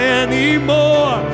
anymore